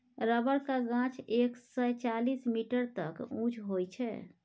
रबरक गाछ एक सय चालीस मीटर तक उँच होइ छै